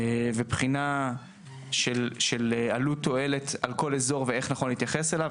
ובחינה של עלות-תועלת על כל אזור ואיך נכון להתייחס אליו.